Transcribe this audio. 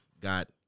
got